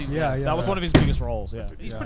yeah that was one of his biggest roles, yeah. but